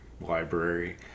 library